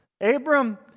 Abram